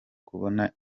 kubona